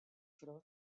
frott